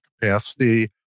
capacity